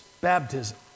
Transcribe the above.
baptism